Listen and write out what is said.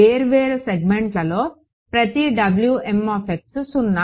వేర్వేరు సెగ్మెంట్లో ప్రతి సున్నా కాదు